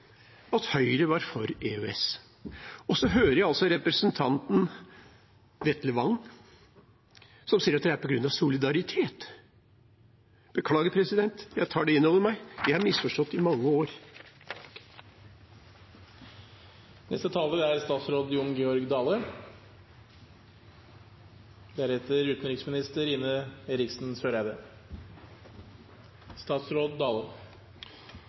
at Høyre var for EØS. Og så hører jeg representanten Vetle Wang Soleim som sier at det er på grunn av solidaritet. Beklager, jeg tar det inn over meg – jeg har misforstått i mange år.